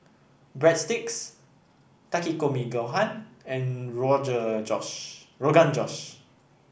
Breadsticks Takikomi Gohan and Rogan Josh